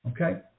okay